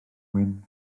wyn